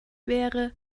wäre